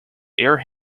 air